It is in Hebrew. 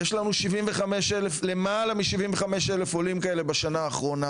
יש לנו למעלה מ-75,000 עולים כאלה בשנה האחרונה